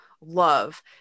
love